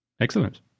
Excellent